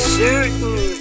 certain